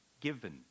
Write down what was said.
given